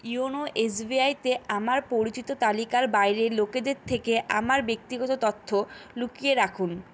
YONO SBI তে আমার পরিচিত তালিকার বাইরের লোকেদের থেকে আমার ব্যক্তিগত তথ্য লুকিয়ে রাখুন